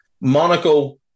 Monaco